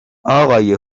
اقای